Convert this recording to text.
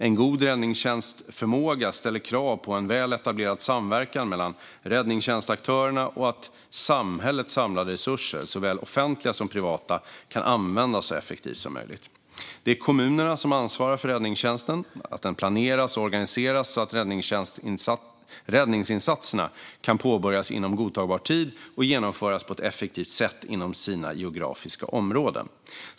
En god räddningstjänstförmåga ställer krav på en väl etablerad samverkan mellan räddningstjänstaktörerna och att samhällets samlade resurser, såväl offentliga som privata, kan användas så effektivt som möjligt. Det är kommunerna som ansvarar för att räddningstjänsten planeras och organiseras så att räddningsinsatserna kan påbörjas inom godtagbar tid och genomföras på ett effektivt sätt inom sina geografiska områden.